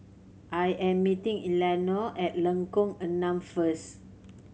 I am meeting Eleanore at Lengkok Enam first